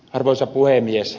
arvoisa puhemies